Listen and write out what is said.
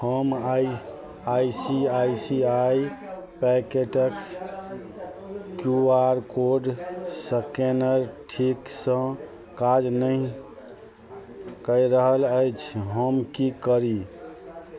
हमर I I C I C I पैकेटके Q R code scanner ठीकसँ काज नहि कऽ रहल अछि हम कि करी